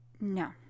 No